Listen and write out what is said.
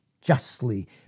justly